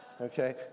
okay